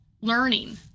learning